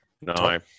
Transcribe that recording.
no